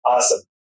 Awesome